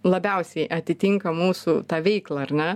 labiausiai atitinka mūsų tą veiklą ar ne